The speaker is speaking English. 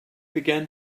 began